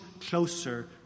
closer